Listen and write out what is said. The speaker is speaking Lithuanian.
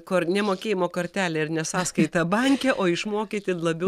kor ne mokėjimo kortelė ir ne sąskaita banke o išmokyti labiau